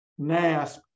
NASP